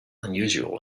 unusual